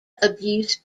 abuse